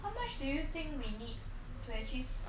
how I know I never done it before